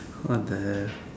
what the